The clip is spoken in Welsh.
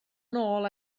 nôl